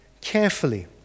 carefully